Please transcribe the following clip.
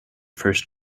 first